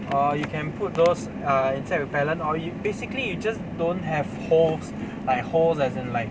or you can put those err insect repellent or you basically you just don't have holes like holes as in like